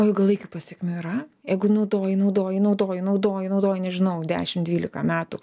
o ilgalaikių pasekmių yra jeigu naudoji naudoji naudoji naudoji naudoji nežinau dešimt dvylika metų